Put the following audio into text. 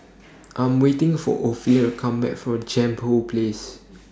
I'm waiting For Ophelia Come Back from Jambol Place